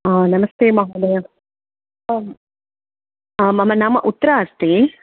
नमस्ते महोदय मम नाम उत्तरा अस्ति